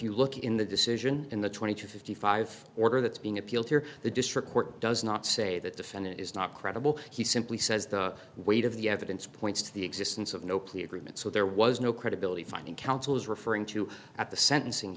you look in the decision in the twenty to fifty five order that's being appealed here the district court does not say that defendant is not credible he simply says the weight of the evidence points to the existence of no plea agreement so there was no credibility finding counsel is referring to at the sentencing